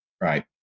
Right